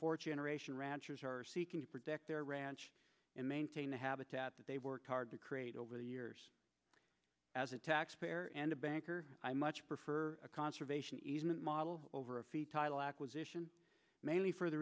fourth generation ranchers are seeking to protect their ranch and maintain a habitat that they worked hard to create over the years as a taxpayer and a banker i much prefer a conservation easement model over a fee title acquisition mainly for the